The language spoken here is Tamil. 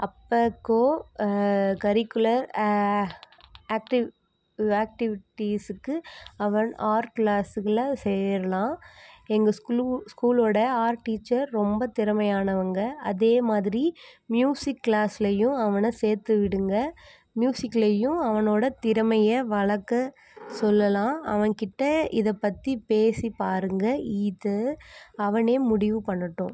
அப்போ கோ கரிக்குலர் ஆக்டிவ் ஆக்டிவிட்டீஸுக்கு அவன் ஆர்ட் க்ளாஸுக்குள்ள சேரலாம் எங்கள் ஸ்கூலோட ஆர்ட் டீச்சர் ரொம்ப திறமையானவங்க அதே மாதிரி ம்யூசிக் கிளாஸ்லையும் அவனை சேர்த்து விடுங்கள் மியூஸிக்லையும் அவனோட திறமையை வளர்க்க சொல்லலாம் அவன் கிட்டே இதை பற்றி பேசி பாருங்கள் இது அவனே முடிவு பண்ணட்டும்